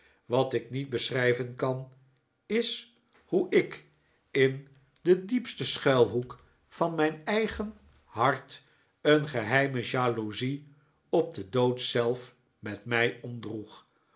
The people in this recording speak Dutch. wat ik niet beschrijven kan is hoe ik in den diepsten schuilhoek van mijn eigen hart een geheime jaloezie op den dood zelf met mij omdroeg